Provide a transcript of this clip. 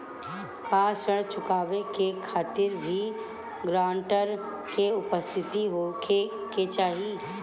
का ऋण चुकावे के खातिर भी ग्रानटर के उपस्थित होखे के चाही?